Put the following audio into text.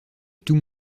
tout